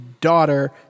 daughter